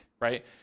right